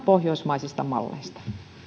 pohjoismaisista malleista